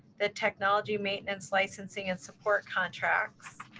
the technology maintenance licensing and support contracts.